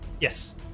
Yes